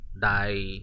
die